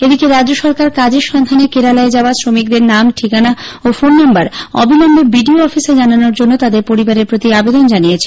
এদিকে রাজ্য সরকার কাজের সন্ধানে কেরালায় যাওয়া শ্রমিকদের নাম ঠিকানা ও ফোন নম্বর অবিলম্বে বিডিও অফিসে জানানোর জন্য তাদের পরিবারের প্রতি আবেদন জানিয়েছে